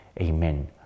Amen